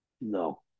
No